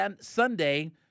Sunday